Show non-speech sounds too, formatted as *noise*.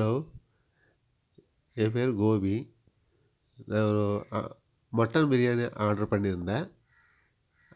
hello என் பேர் Gopi *unintelligible* mutton biryani order பண்ணி இருந்தேன்